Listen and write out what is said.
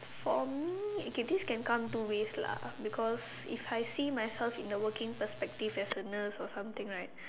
for me okay this can come two ways lah because if I see myself in the working perspective as a nurse or something right